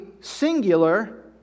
singular